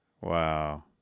Wow